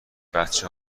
بچه